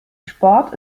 sport